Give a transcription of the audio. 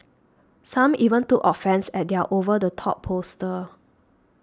some even took offence at their over the top poster